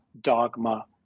dogma